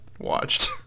watched